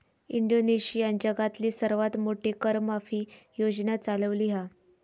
इंडोनेशियानं जगातली सर्वात मोठी कर माफी योजना चालवली हा